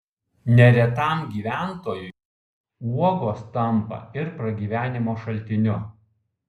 neretam gyventojui uogos tampa ir pragyvenimo šaltiniu